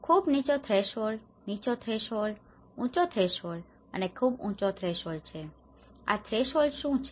ખુબ નીચો થ્રેશોહોલ્ડ નીચો થ્રેશોહોલ્ડ ઉંચો થ્રેશોહોલ્ડ ખુબજ ઉંચો થ્રેશોહોલ્ડ છે તો આ થ્રેશોહોલ્ડ શું છે